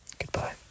Goodbye